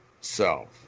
self